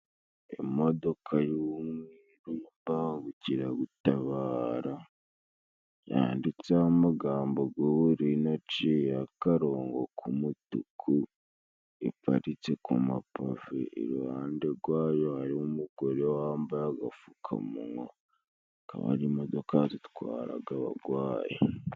Imodoka y'imbagukiragutabara, yanditseho amagambo y'ubururu aciyeho akarongo k'umutuku， iparitse ku mapave, iruhande rwayo hariho umugore wambaye agapfukamuwa, hakaba hari imodoka zitwara abagwayi.